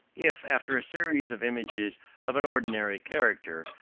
if, after a series of images of an ordinary character,